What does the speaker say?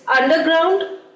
underground